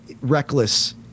reckless